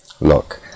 Look